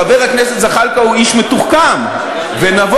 חבר הכנסת זחאלקה הוא איש מתוחכם ונבון,